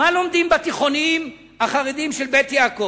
מה לומדים בתיכונים החרדיים של "בית יעקב"?